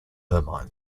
ermine